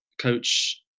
coach